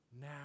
now